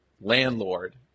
landlord